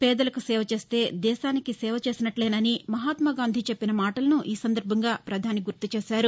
పేదలకు సేవ చేస్తే దేశానికి సేవ చేసినట్లేనని మహాత్మాగాంధీ చెప్పిన మాటలను ఈసందర్బంగా పధాని గుర్తు చేశారు